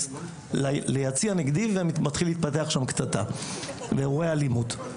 ליציע נגדי ומתחילה להתפתח שם קטטה ואירועי אלימות.